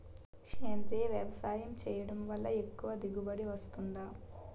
సేంద్రీయ వ్యవసాయం చేయడం వల్ల ఎక్కువ దిగుబడి వస్తుందా?